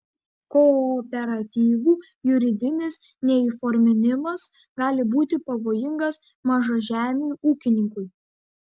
kooperatyvų juridinis neįforminimas gali būti pavojingas mažažemiui ūkininkui